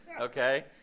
Okay